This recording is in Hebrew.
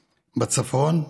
בצפון,